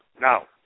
Now